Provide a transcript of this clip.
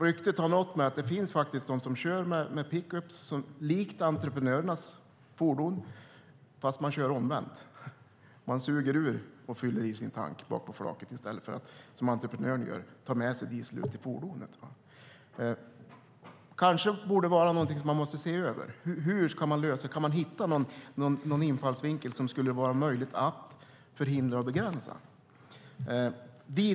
Ryktet har nått mig att det faktiskt finns de som kör med pickups lika entreprenörernas fordon, fast man kör omvänt - man suger ur och fyller i sin tank bakpå flaket i stället för att som entreprenören ta med sig diesel ut till fordonet. Kanske är detta något man måste se över. Hur ska man lösa det? Kan man hitta någon infallsvinkel som skulle göra det möjligt att förhindra och begränsa detta?